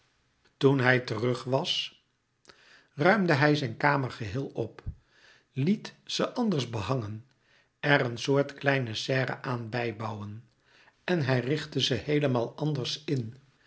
toen hij terug was ruimde hij zijn kamer geheel op liet ze anders behangen er een soort kleine serre aan bijbouwen en hij richtte ze heelemaal anders in